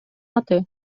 аты